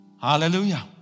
Hallelujah